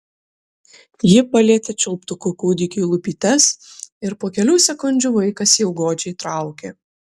ji palietė čiulptuku kūdikiui lūpytes ir po kelių sekundžių vaikas jau godžiai traukė